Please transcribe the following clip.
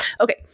Okay